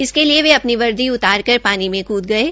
इसके लिए वो अपनी वर्दी उतार कर पानी में कृद गये